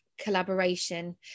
collaboration